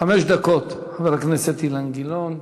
חמש דקות, חבר הכנסת אילן גילאון.